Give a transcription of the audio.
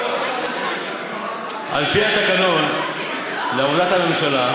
על פי התקנון, ועמדת הממשלה,